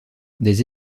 des